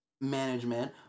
management